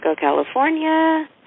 California